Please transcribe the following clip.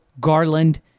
Garland